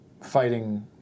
fighting